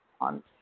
on